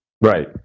Right